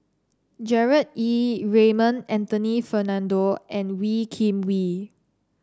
Gerard Ee Raymond Anthony Fernando and Wee Kim Wee